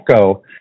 go